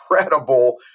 incredible